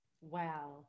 Wow